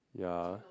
yeah